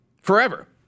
forever